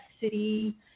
city